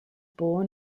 born